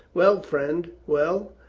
well, friend, well?